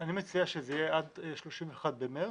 אני מציע שזה יהיה עד 31 במרס,